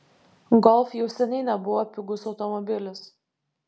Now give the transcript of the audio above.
golf jau seniai nebuvo pigus automobilis